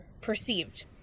perceived